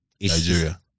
Nigeria